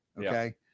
okay